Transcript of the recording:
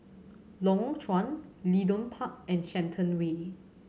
Lorong Chuan Leedon Park and Shenton Way